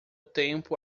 tempo